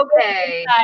okay